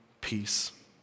peace